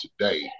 today